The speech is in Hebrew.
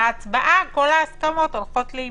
בהצבעה כל ההסכמות הולכות לאיבוד.